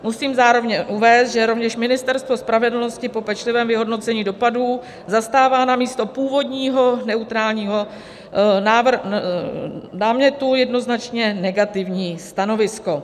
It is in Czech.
Musíme zároveň uvést, že rovněž Ministerstvo spravedlnosti po pečlivém vyhodnocení dopadů zastává namísto původního neutrálního námětu jednoznačně negativní stanovisko.